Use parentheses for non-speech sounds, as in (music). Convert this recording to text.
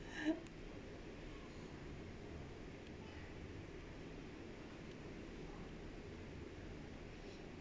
(laughs)